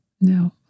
No